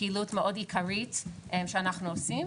פעילות מאוד עיקרית שאנחנו עושים,